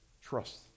trust